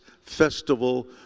festival